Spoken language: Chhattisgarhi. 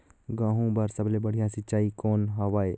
गहूं बर सबले बढ़िया सिंचाई कौन हवय?